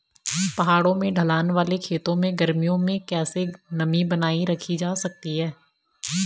पहाड़ों में ढलान वाले खेतों में गर्मियों में कैसे नमी बनायी रखी जा सकती है?